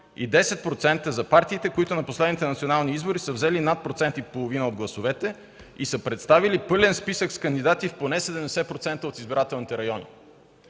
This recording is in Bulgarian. и 10% за партиите, които на последните национални избори са взели над 1,5% от гласовете и са представили пълен списък с кандидати в поне 70% от избирателните райони.